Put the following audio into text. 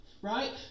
Right